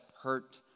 hurt